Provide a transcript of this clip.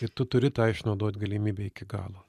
ir tu turi tą išnaudot galimybę iki galo